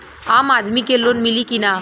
आम आदमी के लोन मिली कि ना?